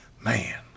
Man